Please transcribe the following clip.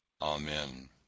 amen